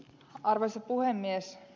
arvoisa puhemies